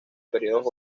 periodos